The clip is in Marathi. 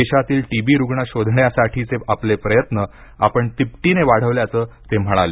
देशातील टी बी रुग्ण शोधण्यासाठीचे आपले प्रयत्न आपण तिपटीने वाढवल्याचं ते म्हणाले